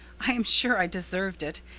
i am sure i deserved it,